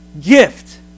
gift